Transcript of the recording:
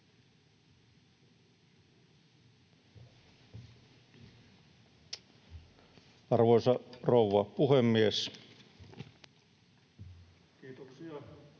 Arvoisa rouva puhemies! Kiitoksia